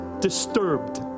disturbed